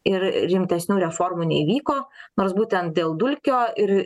ir rimtesnių reformų neįvyko nors būtent dėl dulkio ir